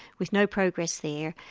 with no progress there,